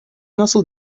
nasıl